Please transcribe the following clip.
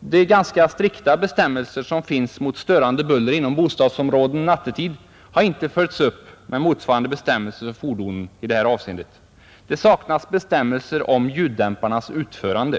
De ganska strikta lagbestämmelser som finns mot störande buller inom bostadsområden nattetid har inte följts upp med motsvarande bestämmelser för fordonen i detta avseende. Det saknas bestämmelser om ljuddämparnas utförande.